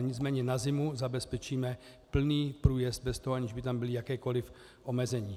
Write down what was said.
Nicméně na zimu zabezpečíme plný průjezd bez toho, aniž by tam byla jakákoli omezení.